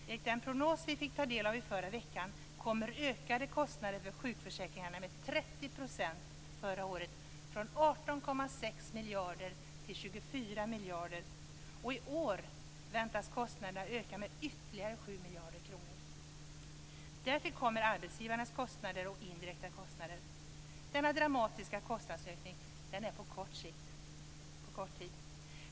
Enligt en prognos som vi fick ta del av förra veckan ökade kostnaderna för sjukförsäkringarna med 30 % förra året, från 18,6 miljarder till 24 miljarder, och kostnaderna väntas i år öka med ytterligare 7 miljarder kronor. Därtill kommer arbetsgivarnas kostnader och indirekta kostnader. Denna dramatiska kostnadsökning har skett på kort tid.